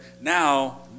now